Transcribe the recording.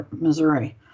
Missouri